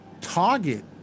target